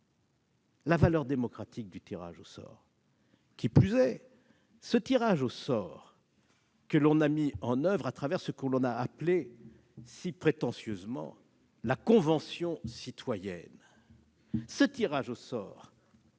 la valeur démocratique du tirage au sort. Qui plus est, le tirage au sort que l'on a mis en oeuvre à travers ce qu'on a appelé de manière si prétentieuse la Convention citoyenne n'est pas un tirage au sort